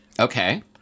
Okay